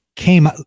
Came